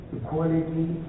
equality